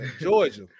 georgia